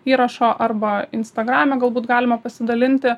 įrašą arba instagrame galbūt galima pasidalinti